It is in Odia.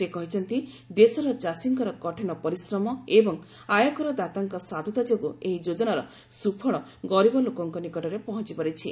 ସେ କହିଛନ୍ତି ଦେଶର ଚାଷୀଙ୍କର କଠିନ ପରିଶ୍ରମ ଏବଂ ଆୟକରକଦାତାଙ୍କ ସାଧୁତା ଯୋଗୁଁ ଏହି ଯୋଜନାର ସୁଫଳ ଗରିବ ଲୋକଙ୍କ ନିକଟରେ ପହଞ୍ଚପାରିଛି